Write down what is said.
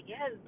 Yes